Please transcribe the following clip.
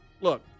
look